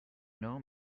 know